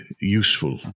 useful